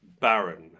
Baron